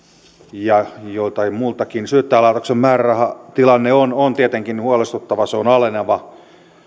ja joiltain muiltakin syyttäjälaitoksen määrärahatilanne on on tietenkin huolestuttava se on aleneva